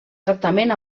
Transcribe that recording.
tractament